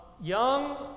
young